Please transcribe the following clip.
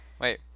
Wait